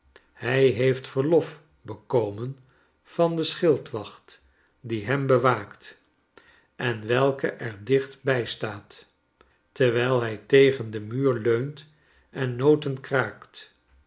hij heeft verlof bekomen van den schildwacht die hem bewaakt en welke er dicht bij staat terwijl hij tegen den muur leunt en noten kraakt